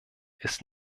ist